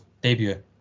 debut